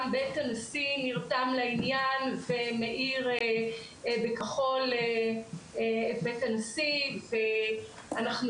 גם בית הנשיא נרתם לעניין ומאיר בכחול את בית הנשיא ואנחנו